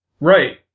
Right